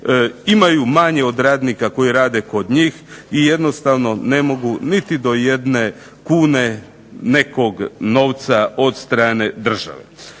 imaju manje od radnika koji rede kod njih i jednostavno ne mogu do jedne pune nekog novca od strane države.